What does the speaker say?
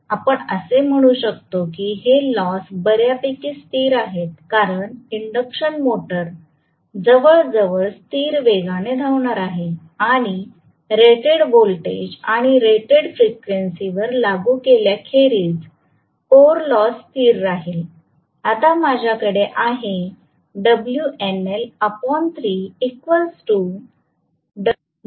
आपण असे म्हणू शकतो की हे लॉस बर्यापैकी स्थिर आहेत कारण इंडक्शन मोटर जवळजवळ स्थिर वेगाने धावणार आहे आणि रेटेड व्होल्टेज आणि रेटेड फ्रिक्वेन्सीवर लागू केल्याखेरीज कोर लॉस स्थिर राहील